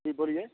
जी बोलिए